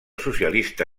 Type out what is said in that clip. socialista